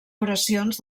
oracions